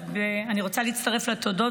אז אני רוצה להצטרף לתודות,